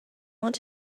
want